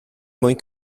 mwyn